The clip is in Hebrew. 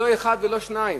לא אחד ולא שניים.